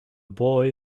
boy